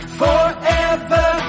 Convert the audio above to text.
forever